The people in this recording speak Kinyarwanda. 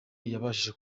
yabashije